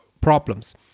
problems